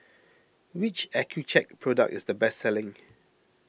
which Accucheck product is the best selling